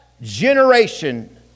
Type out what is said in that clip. generation